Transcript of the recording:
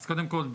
אז קודם כל,